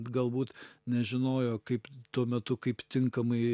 galbūt nežinojo kaip tuo metu kaip tinkamai